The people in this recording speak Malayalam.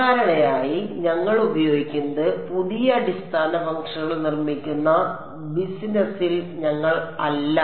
സാധാരണയായി ഞങ്ങൾ ഉപയോഗിക്കുന്നത് പുതിയ അടിസ്ഥാന ഫംഗ്ഷനുകൾ നിർമ്മിക്കുന്ന ബിസിനസ്സിൽ ഞങ്ങൾ അല്ല